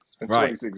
Right